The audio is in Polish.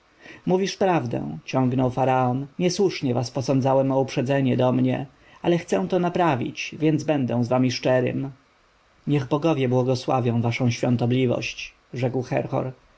mówisz prawdę ciągnął faraon niesłusznie was posądzałem o uprzedzenie do mnie ale chcę to naprawić więc będę z wami szczerym niech bogowie błogosławią waszą świątobliwość rzekł herhor